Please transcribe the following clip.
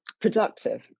productive